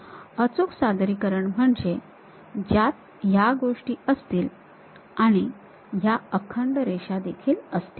अचूक सादरीकरण म्हणजे ज्यात ह्या गोष्टी असतील आणि आणि ह्या अखंड रेखा देखील असतील